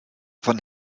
von